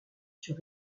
sur